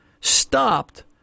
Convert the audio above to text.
stopped